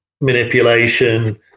manipulation